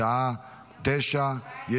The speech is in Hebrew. בשעה 9:00.